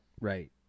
Right